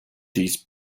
these